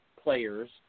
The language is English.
players